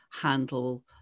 handle